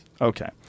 Okay